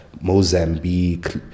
Mozambique